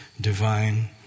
divine